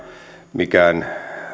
mikään